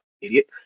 idiot